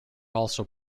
also